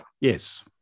Yes